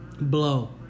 blow